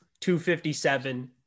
257